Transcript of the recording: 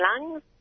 lungs